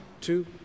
two